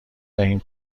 دهیم